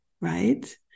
right